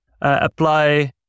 apply